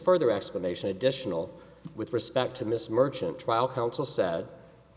further explanation additional with respect to miss merchant trial counsel said